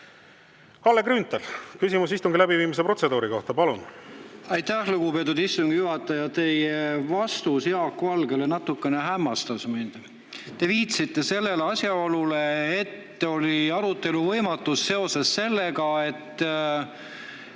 Kalle Grünthal, küsimus istungi läbiviimise protseduuri kohta, palun! Aitäh, lugupeetud istungi juhataja! Teie vastus Jaak Valgele natukene hämmastas mind. Te viitasite sellele asjaolule, et oli arutelu võimatus seoses sellega, et